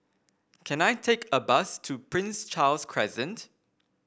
can I take a bus to Prince Charles Crescent